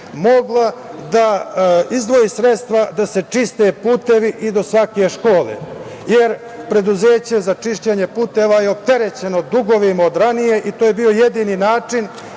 mogla da izdvoji sredstva da se čiste putevi do svake škole, jer preduzeće za čišćenje puteva je opterećeno dugovima od ranije i to je bio jedini način